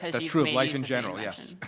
that's true in life in general, yes.